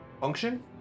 function